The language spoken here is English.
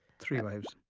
three and wives.